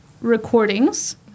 recordings